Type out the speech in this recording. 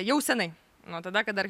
jau seniai nuo tada kada